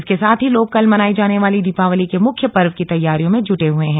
इसके साथ ही लोग कल मनाई जाने वाले दीपावली के मुख्य पर्व की तैयारियों में जुटे हैं